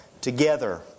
together